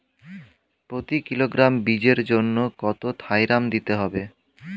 প্রতি কিলোগ্রাম বীজের জন্য কত থাইরাম দিতে হবে?